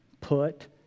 put